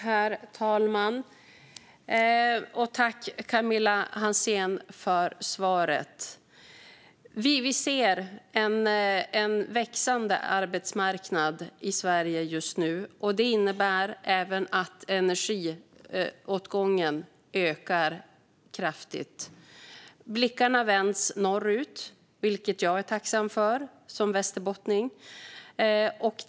Herr talman! Tack, Camilla Hansén, för svaret! Vi ser en växande arbetsmarknad i Sverige just nu. Det innebär även att energiåtgången ökar kraftigt. Blickarna vänds norrut, vilket jag som västerbottning är tacksam för.